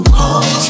call